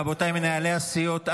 רבותיי מנהלי הסיעות,